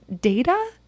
data